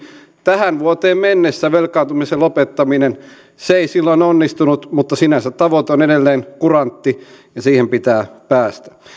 tähän vuoteen mennessä velkaantumisen lopettaminen se ei silloin onnistunut mutta sinänsä tavoite on edelleen kurantti ja siihen pitää päästä